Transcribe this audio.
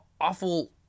awful